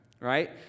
right